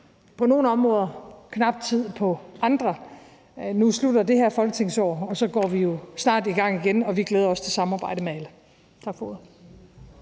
på nogle områder, knap tid på andre. Nu slutter det her folketingsår, og så går vi jo snart i gang igen, og vi glæder os til samarbejdet med alle. Tak for ordet.